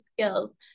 skills